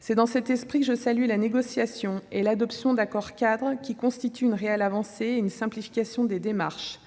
C'est dans cet esprit que je salue la négociation et l'adoption d'accords-cadres qui constitueront une réelle avancée et permettront une simplification des démarches.